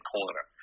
Corner